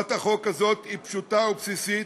הצעת החוק הזאת היא פשוטה ובסיסית,